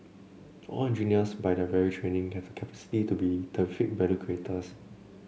all engineers by their very training have the capacity to be terrific value creators